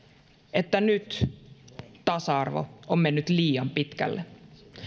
että nyt tasa arvo on mennyt liian pitkälle